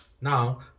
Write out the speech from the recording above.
Now